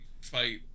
fight